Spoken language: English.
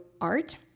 art